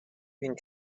being